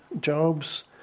jobs